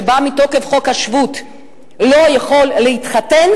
שבא מתוקף חוק השבות לא יכול להתחתן,